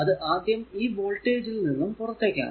അത് ആദ്യം ഈ വോൾടേജിൽ നിന്നും പുറത്തേക്കാണ്